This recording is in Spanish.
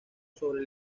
sobre